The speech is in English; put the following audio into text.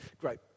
Great